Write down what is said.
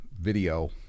video